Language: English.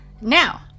Now